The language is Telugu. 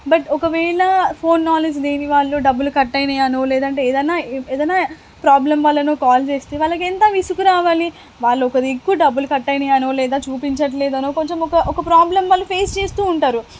బట్ ఒకవేళ ఫోన్ నాలెడ్జ్ లేని వాళ్ళు డబ్బులు కట్ అయినాయనే లేదంటే ఏదన్నా ఏదన్నా ప్రాబ్లం వల్లనో కాల్ చేస్తే వాళ్ళకెంత విసుగు రావాలి వాళ్ళు ఒకటి ఎక్కువ డబ్బులు కట్ అయినాయానో లేదా చూపించట్లేదనో కొంచెమొక ఒక ప్రాబ్లం వాళ్ళు ఫేస్ చేస్తూ ఉంటారు